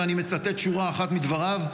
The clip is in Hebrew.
ואני מצטט שורה אחת מדבריו: